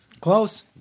Close